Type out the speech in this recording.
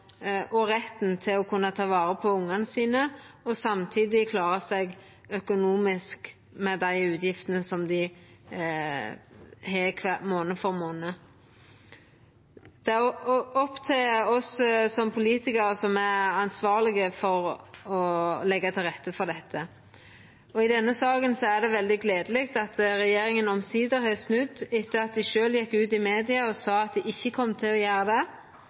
kunna ta vare på ungane sine og samtidig klara seg økonomisk med dei utgiftene dei har månad for månad. Det er opp til oss som politikarar, som er ansvarlege for å leggja til rette for dette. I denne saka er det veldig gledeleg at regjeringa omsider har snudd, etter at dei sjølve gjekk ut i media og sa at dei ikkje kom til å gjera det.